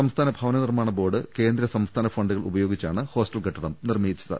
സംസ്ഥാന ഭവന നിർമ്മാണ ബോർഡ് കേന്ദ്ര സംസ്ഥാന ഫണ്ടുകൾ ഉപയോഗിച്ചാണ് ഹോസ്റ്റൽ കെട്ടിടം നിർമ്മിച്ചത്